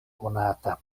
konata